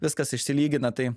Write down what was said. viskas išsilygina tai